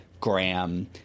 Graham